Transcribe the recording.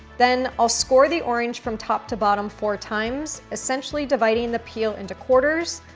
then i'll score the orange from top to bottom four times, essentially dividing the peel into quarters,